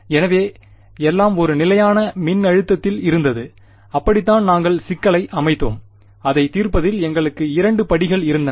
எனவே எல்லாம் ஒரு நிலையான மின்னழுத்தத்தில் இருந்தது அப்படித்தான் நாங்கள் சிக்கலை அமைத்தோம் அதைத் தீர்ப்பதில் எங்களுக்கு இரண்டு படிகள் இருந்தன